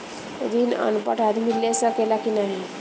ऋण अनपढ़ आदमी ले सके ला की नाहीं?